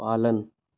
पालन